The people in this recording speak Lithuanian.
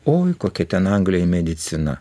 oi kokia ten anglijoj medicina